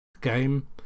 game